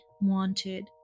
wanted